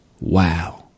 Wow